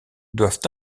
doivent